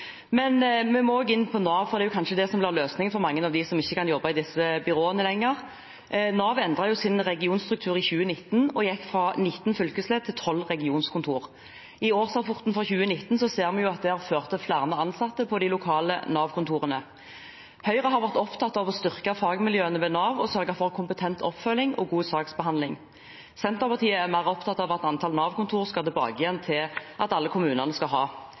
Vi må også innom Nav, for det er kanskje det som blir løsningen for mange av dem som ikke kan jobbe i disse byråene lenger. Nav endret sin regionstruktur i 2019 og gikk fra 19 fylkesledd til 12 regionskontor. I årsrapporten for 2019 ser vi at det har ført til flere ansatte på de lokale Nav-kontorene. Høyre har vært opptatt av å styrke fagmiljøene ved Nav og å sørge for kompetent oppfølging og god saksbehandling. Senterpartiet er mer opptatt av at antallet Nav-kontor skal tilbake til at alle kommunene skal ha.